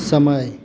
समय